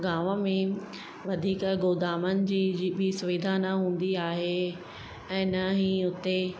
गांव में वधीक गोदामनि जी बि सुविधा न हूंदी आहे ऐं न ई उते